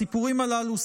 הסיפורים הללו,